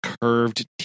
curved